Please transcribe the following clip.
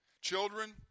Children